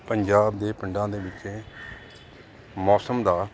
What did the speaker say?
ਪੰਜਾਬ ਦੇ ਪਿੰਡਾਂ ਦੇ ਵਿੱਚ ਮੌਸਮ ਦਾ